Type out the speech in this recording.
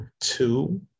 two